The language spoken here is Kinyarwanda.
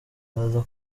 ndaza